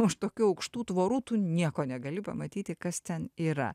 už tokių aukštų tvorų tu nieko negali pamatyti kas ten yra